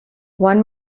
one